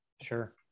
sure